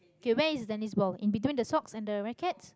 okay where is tennis ball in between the socks and the rackets